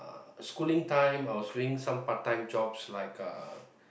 uh schooling time I was doing some part time jobs like uh